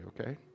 okay